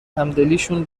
همدلیشون